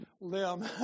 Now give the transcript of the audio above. limb